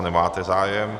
Nemáte zájem.